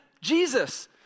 Jesus